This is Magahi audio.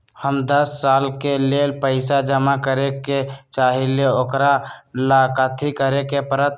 हम दस साल के लेल पैसा जमा करे के चाहईले, ओकरा ला कथि करे के परत?